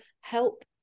help